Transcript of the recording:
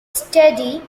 study